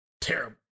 Terrible